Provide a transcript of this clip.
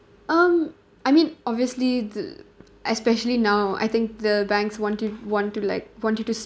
um I mean obviously th~ especially now I think the banks want to want to like want you to